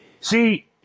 see